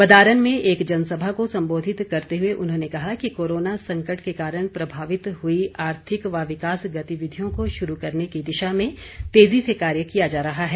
बदारन में एक जनसभा को संबोधित करते हुए उन्होंने कहा कि कोरोना संकट के कारण प्रभावित हुई आर्थिक व विकास गतिविधियों को शुरू करने की दिशा में तेजी से कार्य किया जा रहा है